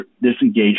disengaged